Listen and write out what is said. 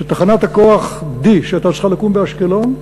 שתחנת הכוח D, שהייתה צריכה לקום באשקלון,